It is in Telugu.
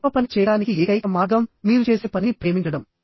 గొప్ప పని చేయడానికి ఏకైక మార్గం మీరు చేసే పనిని ప్రేమించడం